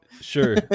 sure